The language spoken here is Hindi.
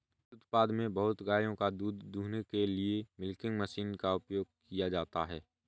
दुग्ध उत्पादन में बहुत गायों का दूध दूहने के लिए मिल्किंग मशीन का उपयोग किया जाता है